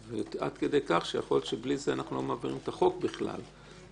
עד כדי כך שיכול להיות שבלי זה אנחנו לא מעבירים בכלל את החוק.